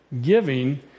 giving